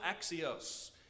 axios